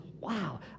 wow